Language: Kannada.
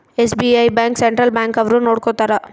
ಎಸ್.ಬಿ.ಐ ಬ್ಯಾಂಕ್ ಸೆಂಟ್ರಲ್ ಬ್ಯಾಂಕ್ ಅವ್ರು ನೊಡ್ಕೋತರ